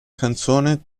canzone